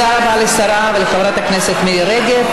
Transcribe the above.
ודרך אגב,